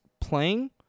playing